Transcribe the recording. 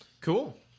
Cool